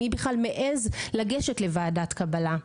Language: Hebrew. מי בכלל מעז לגשת לוועדת קבלה.